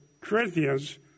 Corinthians